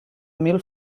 mil